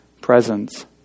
presence